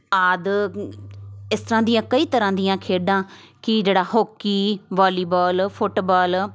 ਆਦਿ ਇਸ ਤਰ੍ਹਾਂ ਦੀਆਂ ਕਈ ਤਰ੍ਹਾਂ ਦੀਆਂ ਖੇਡਾਂ ਕਿ ਜਿਹੜਾ ਹੋਕੀ ਵਾਲੀਬਾਲ ਫੁੱਟਬਾਲ